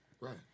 Right